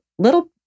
Little